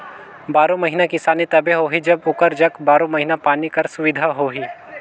बारो महिना किसानी तबे होही जब ओकर जग बारो महिना पानी कर सुबिधा होही